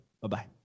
Bye-bye